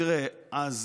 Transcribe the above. תראה, אז